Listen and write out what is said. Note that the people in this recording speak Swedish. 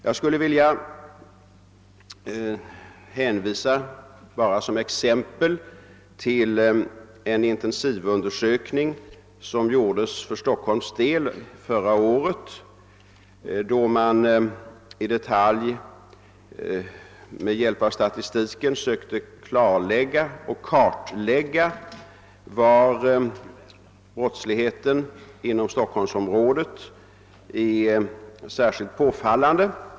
Jag hänvisar som exempel bara till en intensivundersökning som gjordes för Stockholms del förra året, då man i detalj med hjälp av statistiken sökte kartlägga och klarlägga var brottsligheten inom Stockholmsområdet är särskilt påfallande.